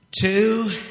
two